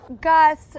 Gus